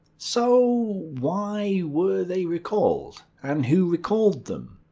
so why were they recalled? and who recalled them?